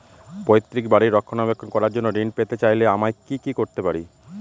পৈত্রিক বাড়ির রক্ষণাবেক্ষণ করার জন্য ঋণ পেতে চাইলে আমায় কি কী করতে পারি?